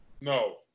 No